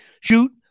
shoot